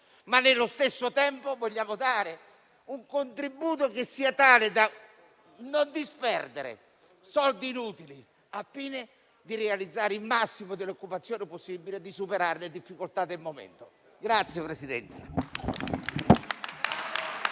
ma, nello stesso tempo, anche un contributo che sia tale da non disperdere soldi inutili al fine di realizzare il massimo dell'occupazione possibile e superare le difficoltà del momento.